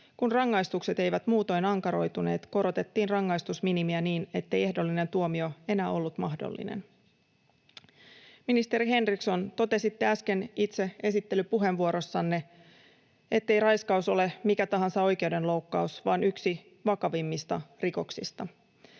Kun rangaistukset eivät muutoin ankaroituneet, korotettiin rangaistusminimiä niin, ettei ehdollinen tuomio enää ollut mahdollinen. Ministeri Henriksson, totesitte äsken itse esittelypuheenvuorossanne, ettei raiskaus ole mikä tahansa oikeudenloukkaus vaan yksi vakavimmista rikoksista.